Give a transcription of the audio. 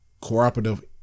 cooperative